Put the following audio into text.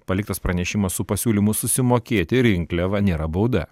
paliktas pranešimas su pasiūlymu susimokėti rinkliavą nėra bauda